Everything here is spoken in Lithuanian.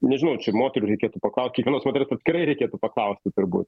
nežinau čia moterų reikėtų paklaust kiekvienos moters atskirai reikėtų paklausti turbūt